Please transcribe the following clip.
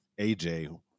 AJ